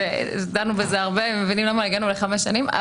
דנו בזה הרבה ומבינים למה הגענו לחמש שנים.